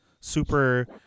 super